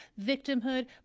victimhood